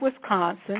Wisconsin